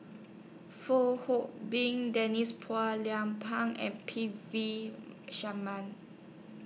Fong Hoe Beng Denise Phua Lay Peng and P V Sharman